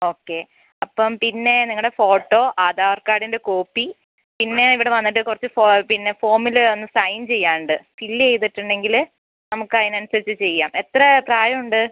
okay അപ്പം പിന്നെ നിങ്ങളുടെ ഫോട്ടോ ആധാർ കാർഡിൻ്റ കോപ്പി പിന്നെ ഇവിടെ വന്നിട്ട് കുറച്ച് പിന്നെ ഫോമിൽ ഒന്ന് സൈൻ ചെയ്യാനുണ്ട് ഫില്ല് ചെയ്തിട്ടുണ്ടെങ്കിൽ നമുക്ക് അതിനനുസരിച്ച് ചെയ്യാം എത്ര പ്രായം ഉണ്ട്